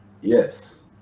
Yes